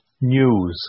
news